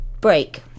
break